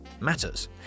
matters